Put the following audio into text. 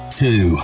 two